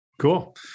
Cool